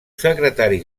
secretari